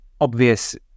obvious